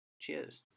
cheers